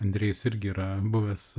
andrejus irgi yra buvęs